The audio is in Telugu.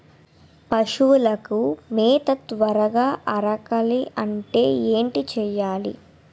పశువులకు మేత త్వరగా అరగాలి అంటే ఏంటి చేయాలి?